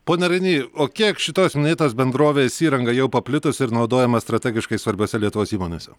pone rainy o kiek šitos minėtos bendrovės įranga jau paplitusi ir naudojama strategiškai svarbiose lietuvos įmonėse